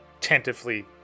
tentatively